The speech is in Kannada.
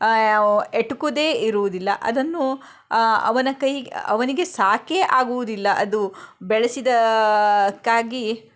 ಎಟುಕುವುದೇ ಇರುವುದಿಲ್ಲ ಅದನ್ನು ಅವನ ಕೈ ಅವನಿಗೆ ಸಾಕೇ ಆಗುವುದಿಲ್ಲ ಅದು ಬೆಳೆಸಿದ್ದಕ್ಕಾಗಿ